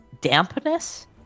dampness